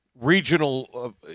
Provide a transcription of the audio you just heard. Regional